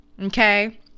Okay